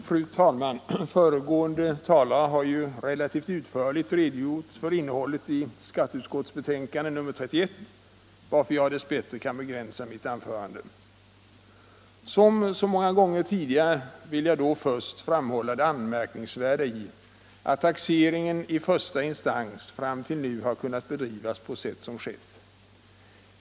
Fru talman! Föregående talare har relativt utförligt redogjort för innehållet i skatteutskottets betänkande nr 31, varför jag dess bättre kan begränsa mitt anförande. Som många gånger tidigare vill jag först framhålla det anmärkningsvärda i att taxeringen i första instans fram till nu har kunnat bedrivas på sätt som skett.